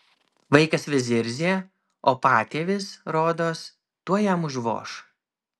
vaikas vis zirzė o patėvis rodos tuoj jam užvoš